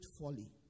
folly